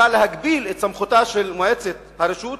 מוצע להגביל את סמכותה של מועצת הרשות